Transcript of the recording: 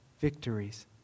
victories